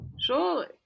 Surely